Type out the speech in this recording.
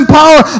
power